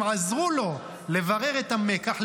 הם עזרו לו לברר את המקח,